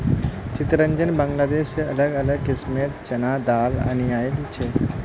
चितरंजन बांग्लादेश से अलग अलग किस्मेंर चनार दाल अनियाइल छे